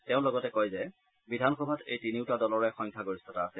তেওঁ লগতে কয় যে বিধানসভাত এই তিনিওটা দলৰে সংখ্যাগৰিষ্ঠতা আছে